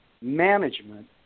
management